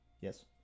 Yes